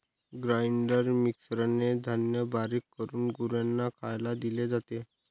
grinder मिक्सरने धान्य बारीक करून गुरांना खायला दिले जाते